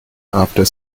after